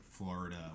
Florida